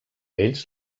ells